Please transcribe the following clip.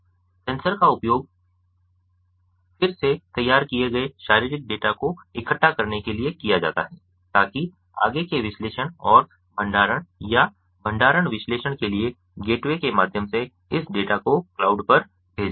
sensor का उपयोग फिर से तैयार किए गए शारीरिक डेटा को इकट्ठा करने के लिए किया जाता है ताकि आगे के विश्लेषण और भंडारण या भंडारण विश्लेषण के लिए गेटवे के माध्यम से इस डेटा को क्लाउड पर भेजा जाए